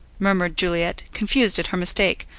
murmured juliet, confused at her mistake.